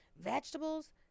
vegetables